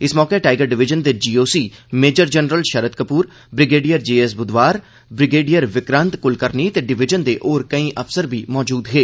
इस मौके tiger division दे GOC major general Sharad Kapoor brigadier J S Budhwar brigadier Vikrant Kulkarni ते डिवीजन दे होर केंई अफसर बी मजूद हे